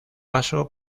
vaso